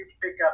pickup